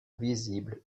visibles